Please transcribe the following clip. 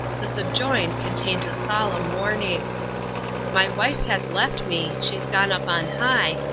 the subjoined contains a solemn warning my wife has left me, she's gone up on high,